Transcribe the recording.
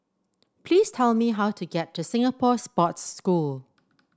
please tell me how to get to Singapore Sports School